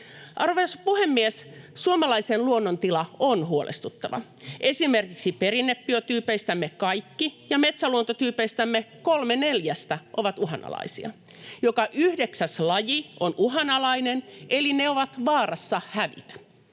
Arvoisa puhemies! Suomalaisen luonnon tila on huolestuttava. Esimerkiksi perinnebiotyypeistämme kaikki ja metsäluontotyypeistämme kolme neljästä ovat uhanlaisia. Joka yhdeksäs laji on uhanalainen, eli ne ovat vaarassa hävitä.